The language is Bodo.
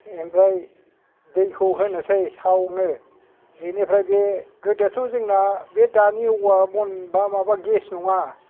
ओमफ्राय दैखौ होनोसै सावनो बेनिफ्राय बे गोदोथ' जोंना बे दानि औवा बन बा माबा गेस नङा